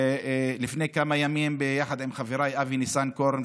לפני כמה ימים ביחד עם חבריי אבי ניסנקורן,